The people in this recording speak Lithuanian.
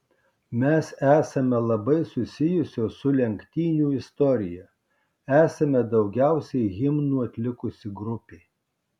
mes esame labai susijusios su lenktynių istorija esame daugiausiai himnų atlikusi grupė